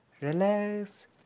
relax